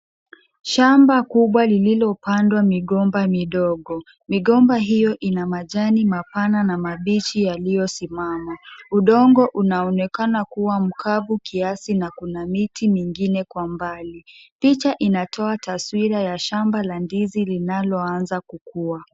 Shamba kubwa lililo pandwa migomba midogo. Migomba hiyo ina majani mapana na mabichi yaliyo simama. Udongo unaonekana kuwa mkavu kiasi na kuna miti mingine kwa mbali. Picha inatoa taswira ya shamba la ndizi linalo anza kukua.